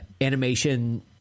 animation